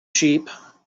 sheep